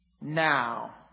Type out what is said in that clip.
now